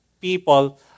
people